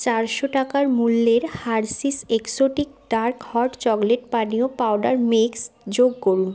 চারশো টাকার মূল্যের Hershey's exotic dark hot chocolate পানীয় পাউডার মিক্স যোগ করুন